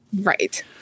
Right